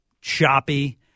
choppy